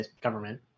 government